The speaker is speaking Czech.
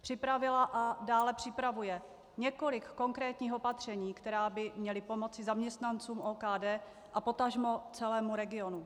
Připravila a dále připravuje několik konkrétních opatření, která by měla pomoci zaměstnancům OKD a potažmo celému regionu.